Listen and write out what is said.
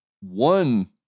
one